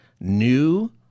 new